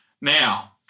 Now